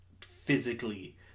physically